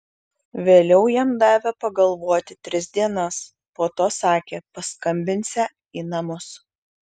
vėliau jam davė pagalvoti tris dienas po to sakė paskambinsią į namus